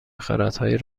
خردهای